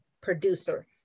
producer